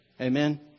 Amen